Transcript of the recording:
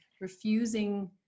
refusing